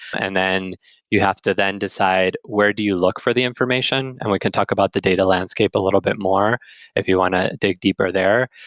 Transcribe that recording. and then you have to then decide where do you look for the information. and we we can talk about the data landscape a little bit more if you want to dig deeper there.